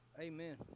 Amen